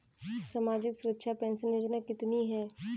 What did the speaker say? सामाजिक सुरक्षा पेंशन योजना कितनी हैं?